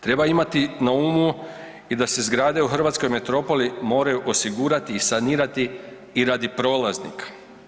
Treba imati na umu i da se zgrade u hrvatskoj metropoli moraju osigurati i sanirati i radi prolaznika.